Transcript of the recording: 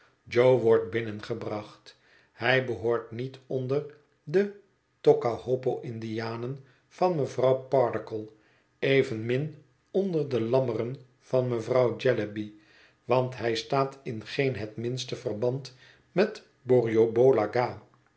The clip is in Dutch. jo wordt binnengebracht hij behoort niet onder de tockkahoopo indianen van mevrouw pardiggle evenmin onder de lammeren van mevrouw jellyby want hij staat in geen het minste verband met borrioboola gha